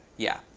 yeah.